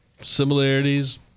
similarities